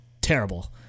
terrible